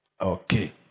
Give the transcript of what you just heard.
Okay